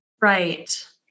Right